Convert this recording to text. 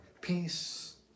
Peace